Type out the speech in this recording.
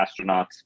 astronauts